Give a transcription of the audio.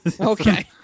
Okay